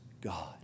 God